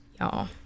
y'all